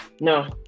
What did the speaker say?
No